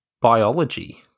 biology